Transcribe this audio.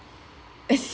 I see